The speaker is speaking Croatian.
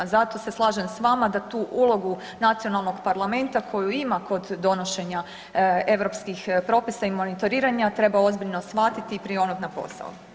Zato se slažem s vama da tu ulogu nacionalnog parlamenta koju ima kod donošenja europskih propisa i monitoriranja treba ozbiljno shvatiti i prionut na posao.